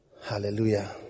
Hallelujah